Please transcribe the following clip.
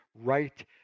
right